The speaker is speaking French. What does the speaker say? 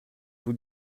vous